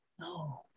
No